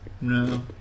no